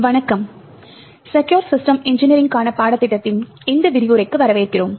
வணக்கம் secure system இன்ஜினியரிங்க்கான பாடத்திட்டத்தின் இந்த விரிவுரைக்கு வரவேற்கிறோம்